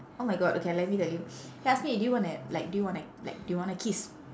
oh my god okay let me tell you he ask me do you want a like do you want a like do you want a kiss